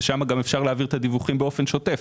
ולשם אפשר להעביר את הדיווחים באופן שוטף.